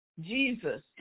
Jesus